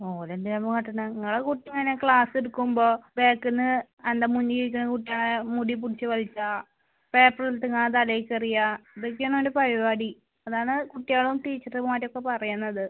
ഓനെ എന്തിനാണ് ഇപ്പം മാറ്റുന്നത് നിങ്ങളുടെ കുട്ടിയാണ് ക്ലാസ് എടുക്കുമ്പോൾ ബാക്കിൽ നിന്ന് അവൻ്റെ മുന്നിൽ ഇരിക്കുന്ന കുട്ടികളെ മുടി പിടിച്ച് വലിക്കുക പേപ്പർ എടുത്തിങ്ങനെ തലയിലേക്ക് എറിയുക ഇതൊക്കെയാണ് അവൻ്റെ പരിപാടി അതാണ് കുട്ടികളും ടീച്ചർമാരും ഒക്കെ പറയുന്നത്